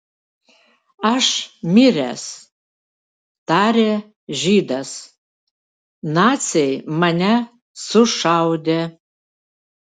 aš miręs tarė žydas naciai mane sušaudė